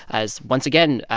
as, once again,